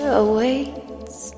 awaits